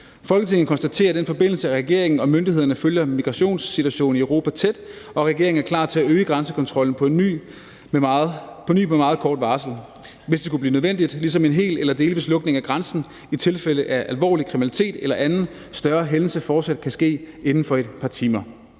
Folketinget konstaterer i den forbindelse, at regeringen og myndighederne følger migrationssituationen i Europa tæt, og at regeringen er klar til at øge grænsekontrollen på ny med meget kort varsel, hvis det skulle blive nødvendigt, ligesom en hel eller delvis lukning af grænsen i tilfælde af alvorlig kriminalitet eller anden større hændelse fortsat kan ske inden for et par timer«.